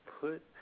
Put